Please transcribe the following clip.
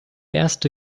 erste